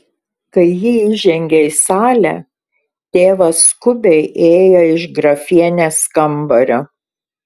kai ji įžengė į salę tėvas skubiai ėjo iš grafienės kambario